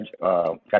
Got